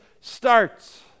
starts